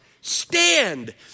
stand